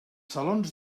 salons